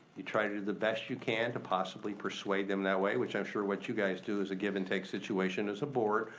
you try to do the best you can to possibly persuade them that way, which i'm sure what you guys do is a give and take situation as a board.